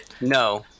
No